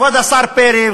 כבוד השר פרי,